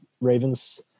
Ravens